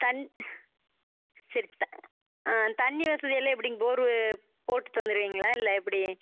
தண் சரி த ஆ தண்ணி வசதி எல்லாம் எப்படிங் போர் போட்டு தந்துவிடுவீங்களா இல்லை எப்படி